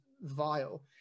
vile